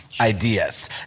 ideas